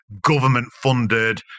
government-funded